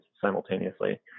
simultaneously